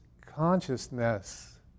consciousness